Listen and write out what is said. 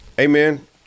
Amen